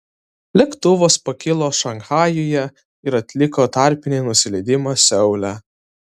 lėktuvas pakilo šanchajuje ir atliko tarpinį nusileidimą seule